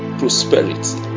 prosperity